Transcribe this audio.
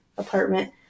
Apartment